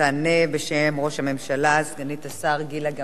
ותענה בשם ראש הממשלה סגנית השר גילה גמליאל.